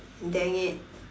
dang it